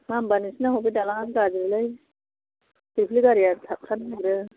मा होनबा नोंसोरनि दालाङा गाज्रिलै फिलफिलि गारिया थाब्थानो नागिरो